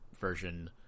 version